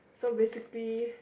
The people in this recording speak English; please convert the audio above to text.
so basically